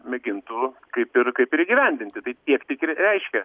mėgintų kaip ir kaip ir įgyvendinti tai tiek tik ir reiškia